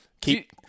Keep